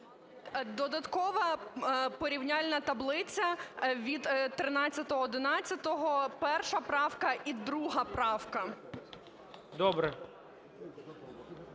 Додаткова порівняльна таблиця від 13.11, 1 правка і 2 правка.